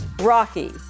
rocky